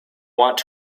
what